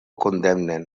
condemnen